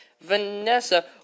Vanessa